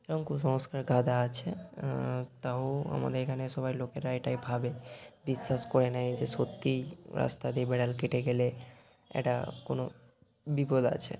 এরম কুসংস্কার গাদা আছে তাও আমাদের এখানে সবাই লোকেরা এটাই ভাবে বিশ্বাস করে নেয় যে সত্যি রাস্তা দিয়ে বিড়াল কেটে গেলে এটা কোনো বিপদ আছে